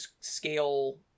scale